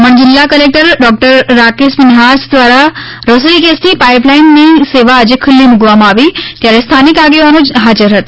દમણ જિલ્લા collector doctor Rakesh Minhas દ્રારા રસોઈ ગેસ ની પાઈપ લાઈન ની સેવા આજે ખુલ્લી મૂકવામાં આવી ત્યારે સ્થાનિક આગેવાનો હાજર હતા